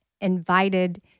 invited